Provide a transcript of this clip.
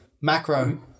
macro